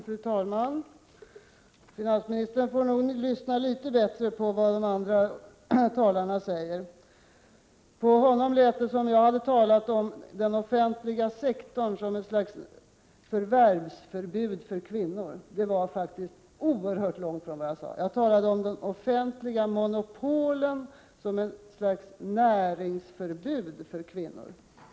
Fru talman! Finansministern får nog lyssna litet bättre på vad de andra talarna säger. På honom lät det som om jag hade beskrivit den offentliga sektorn som ett slags förvärvsförbud för kvinnor. Det var faktiskt oerhört långt från vad jag sade. Jag talade om de offentliga monopolen som ett slags näringsförbud för kvinnor.